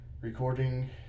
recording